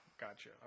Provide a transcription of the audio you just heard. Gotcha